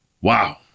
Wow